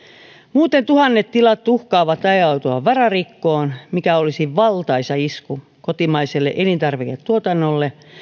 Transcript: muuten tuhannet tilat uhkaavat ajautua vararikkoon mikä olisi valtaisa isku kotimaiselle elintarviketuotannolle